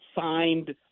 signed